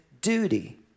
duty